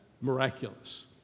miraculous